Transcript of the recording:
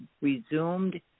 resumed